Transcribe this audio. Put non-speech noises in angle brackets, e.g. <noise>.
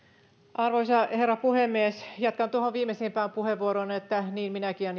arvoisa herra puhemies jatkan tuohon viimeisimpään puheenvuoroon että niin minäkin ja <unintelligible>